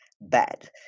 bad